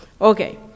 okay